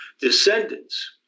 descendants